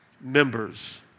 members